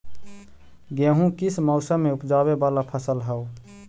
गेहूं किस मौसम में ऊपजावे वाला फसल हउ?